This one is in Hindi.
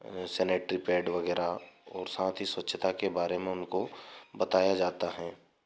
सैनेट्री पैड वगैरह और साथ ही स्वच्छता के बारे में उनको बताया जाता है